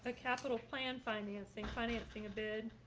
ah capital plan financing financing a bid.